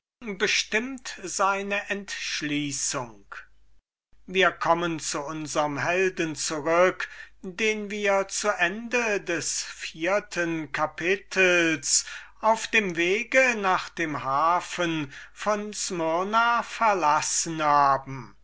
seine entschließungen bestimmt wir kommen zu unserm agathon zurück den wir zu ende des dritten kapitels auf dem wege nach dem hafen von smyrna verlassen haben